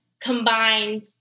combines